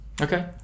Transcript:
Okay